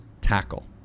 tackle